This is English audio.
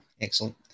Excellent